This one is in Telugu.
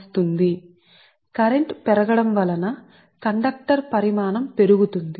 కాబట్టి కండక్టర్ పరిమాణం పెరుగుతుంది ఎందుకంటే కరెంట్ పెరుగుతుంది కాబట్టి కండక్టర్ యొక్క సామర్థ్యం కండక్టర్ పరిమాణం పెరుగుతుంది